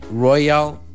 Royal